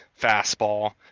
fastball